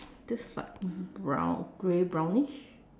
this side brown gray brownish